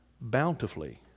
bountifully